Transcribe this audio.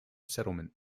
settlement